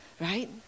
right